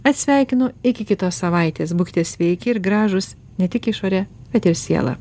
atsisveikinu iki kitos savaitės būkite sveiki ir gražūs ne tik išore bet ir siele